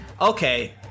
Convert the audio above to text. Okay